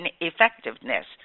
ineffectiveness